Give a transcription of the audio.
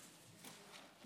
בבקשה.